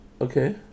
Okay